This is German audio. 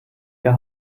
ihr